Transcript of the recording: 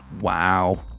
wow